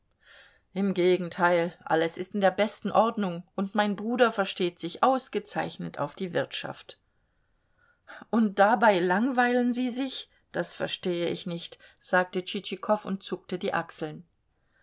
im gegenteil alles ist in der besten ordnung und mein bruder versteht sich ausgezeichnet auf die wirtschaft und dabei langweilen sie sich das verstehe ich nicht sagte tschitschikow und zuckte die achseln